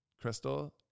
Crystal